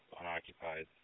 unoccupied